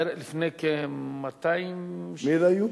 לפני כ-200, מי אלה היו?